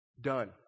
done